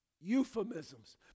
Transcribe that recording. euphemisms